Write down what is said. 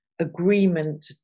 agreement